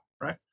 right